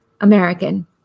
American